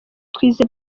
twize